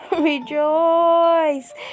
Rejoice